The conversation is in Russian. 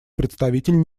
представитель